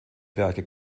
werke